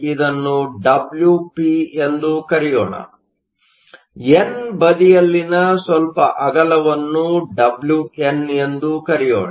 ಇದನ್ನು ಡಬ್ಲ್ಯೂಪಿ ಎಂದು ಕರೆಯೋಣ ಎನ್ ಬದಿಯಲ್ಲಿನ ಸ್ವಲ್ಪ ಅಗಲವನ್ನು ಡಬ್ಲ್ಯುಎನ್ ಎಂದು ಕರೆಯೋಣ